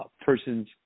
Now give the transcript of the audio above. Persons